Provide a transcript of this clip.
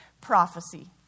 Prophecy